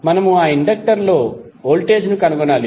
మనము ఆ ఇండక్టర్ లో వోల్టేజ్ ను కనుగొనాలి